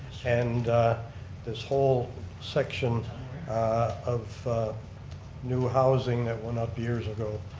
and this whole section of new housing that went up years ago,